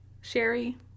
Sherry